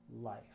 life